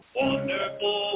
wonderful